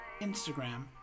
Instagram